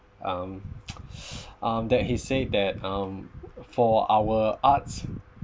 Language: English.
um um that he said that um for our arts